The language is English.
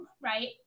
right